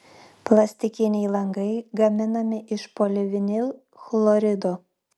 plastikiniai langai gaminami iš polivinilchlorido